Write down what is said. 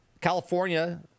California